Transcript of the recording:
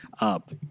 up